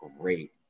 great